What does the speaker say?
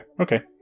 Okay